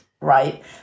Right